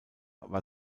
war